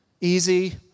easy